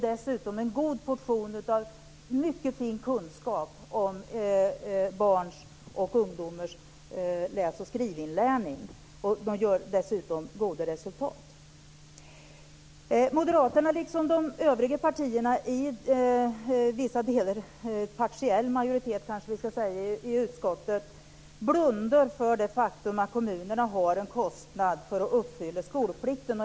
Dessutom fanns en god portion av mycket fin kunskap om barns och ungdomars läs och skrivinlärning. De når dessutom goda resultat. Moderaterna liksom de övriga partierna i majoriteten i utskottet blundar för det faktum att kommunerna har en kostnad för att uppfylla skolplikten.